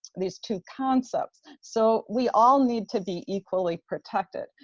these two concepts. so we all need to be equally protected,